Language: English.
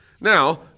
Now